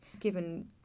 given